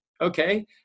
okay